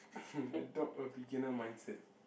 hm adopt a beginner mindset